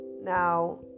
now